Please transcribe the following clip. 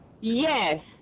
Yes